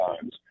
times